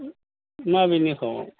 बबेनिखौ